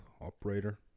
operator